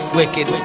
wicked